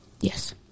Yes